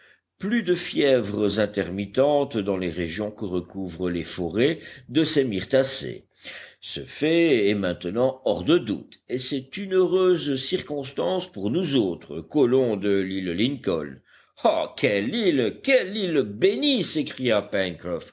plus de fièvres intermittentes dans les régions que recouvrent les forêts de ces myrtacées ce fait est maintenant hors de doute et c'est une heureuse circonstance pour nous autres colons de l'île lincoln ah quelle île quelle île bénie s'écria